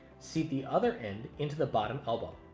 seat the other end into the bottom elbow.